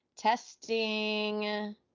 Testing